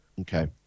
okay